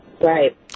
right